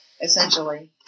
essentially